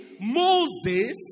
Moses